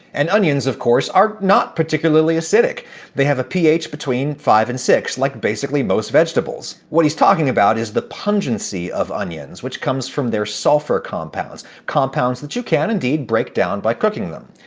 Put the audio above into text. and onions, of course, are not particularly acidic they have a ph between five and six, like basically most vegetables. what he's talking about is the pungency of onions, which comes from their sulfur compounds compounds that you can, indeed, break down by cooking them.